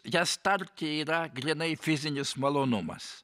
jas tarti yra grynai fizinis malonumas